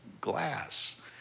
glass